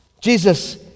Jesus